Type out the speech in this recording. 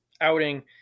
outing